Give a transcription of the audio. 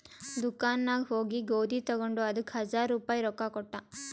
ದುಕಾನ್ ನಾಗ್ ಹೋಗಿ ಗೋದಿ ತಗೊಂಡ ಅದಕ್ ಹಜಾರ್ ರುಪಾಯಿ ರೊಕ್ಕಾ ಕೊಟ್ಟ